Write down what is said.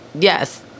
Yes